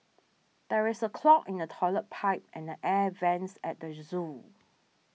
there is a clog in the Toilet Pipe and the Air Vents at the zoo